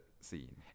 scene